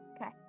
Okay